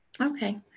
Okay